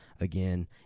again